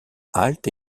halte